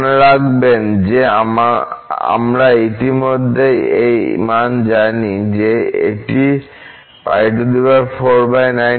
মনে রাখবেন যে আমরা ইতিমধ্যে এই মান জানি যে এটি π496